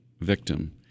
victim